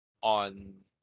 on